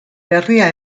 berria